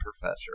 professor